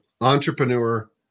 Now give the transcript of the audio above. entrepreneur